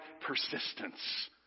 persistence